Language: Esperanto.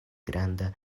granda